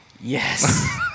Yes